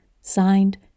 signed